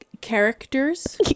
characters